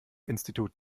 institut